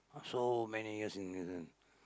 so many years in prison